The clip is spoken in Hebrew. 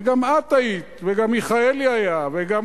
וגם את היית, וגם מיכאלי היה, וגם